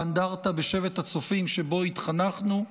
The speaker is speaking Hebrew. באנדרטה בשבט הצופים שבו התחנכנו.